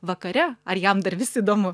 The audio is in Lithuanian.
vakare ar jam dar vis įdomu